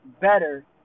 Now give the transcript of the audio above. better